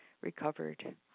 recovered